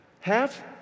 half